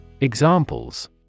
Examples